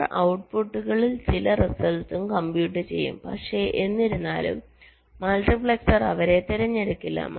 അവർ ഔട്ട്പുട്ടുകളിൽ ചില റിസൾട്ടും കംപ്യുട്ട് ചെയ്യും പക്ഷേ എന്നിരുന്നാലും മൾട്ടിപ്ലക്സർ അവരെ തിരഞ്ഞെടുക്കില്ല